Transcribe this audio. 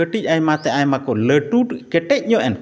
ᱠᱟᱹᱴᱤᱡ ᱟᱭᱢᱟᱛᱮ ᱟᱭᱢᱟ ᱠᱚ ᱞᱟᱹᱴᱩ ᱠᱮᱴᱮᱡ ᱧᱚᱜ ᱮᱱᱠᱷᱟᱱ